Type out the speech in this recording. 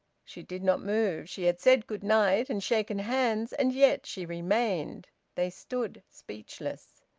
she did not move. she had said good night and shaken hands and yet she remained. they stood speechless.